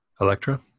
Electra